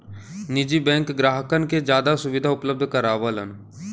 निजी बैंक ग्राहकन के जादा सुविधा उपलब्ध करावलन